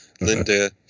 Linda